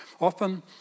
Often